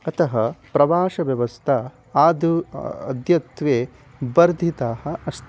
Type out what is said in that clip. अतः प्रवासव्यवस्था आदौ अद्यत्वे वर्धिता अस्ति